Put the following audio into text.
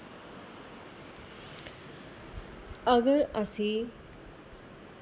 अगर असी